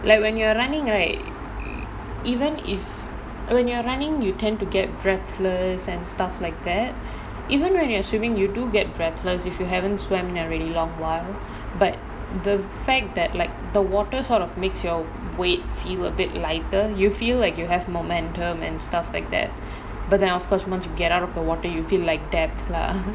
like when you're running right even if when you're running you tend to get breathless and stuff like that even when you're swimming you do get breathless if you haven't swam in a long while but the fact that like the water sort of makes your weight feel a bit lighter you feel like you have momentum and stuff like that but then of course once you get out of the water you feel like death lah